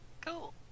Cool